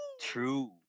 True